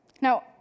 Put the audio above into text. Now